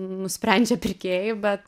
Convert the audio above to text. nusprendžia pirkėjai bet